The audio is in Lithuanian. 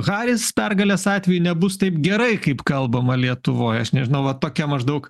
haris pergalės atveju nebus taip gerai kaip kalbama lietuvoj aš nežinau va tokia maždaug